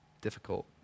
difficult